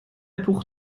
pour